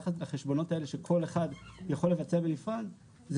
ביחס לחשבונות האלה שכל אחד יכול לבצע בנפרד זה